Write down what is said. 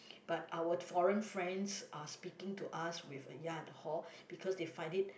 but our foreign friends are speaking to us with a ya and hor because they find it